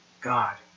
God